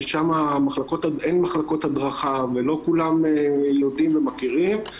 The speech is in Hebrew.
ששם אין מחלקות הדרכה ולא כולם יודעים ומכירים,